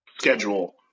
schedule